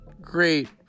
great